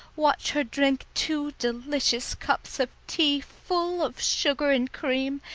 watch her drink two delicious cups of tea full of sugar and cream,